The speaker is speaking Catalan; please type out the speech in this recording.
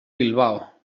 bilbao